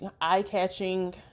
eye-catching